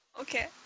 Okay